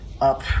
up